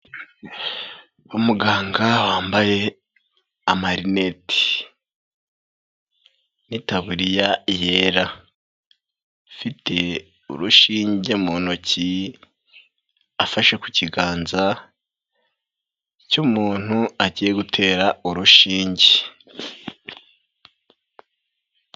Umuganga wambaye amarineti n'itaburiya yera, afite urushinge mu ntoki, afashe ku kiganza cy'umuntu agiye gutera urushinge.